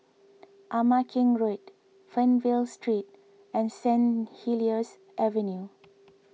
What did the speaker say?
Ama Keng Road Fernvale Street and Staint Helier's Avenue